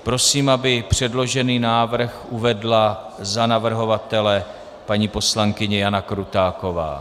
Prosím, aby předložený návrh uvedla za navrhovatele paní poslankyně Jana Krutáková.